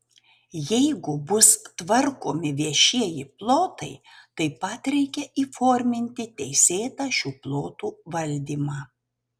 jeigu bus tvarkomi viešieji plotai taip pat reikia įforminti teisėtą šių plotų valdymą